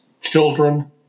children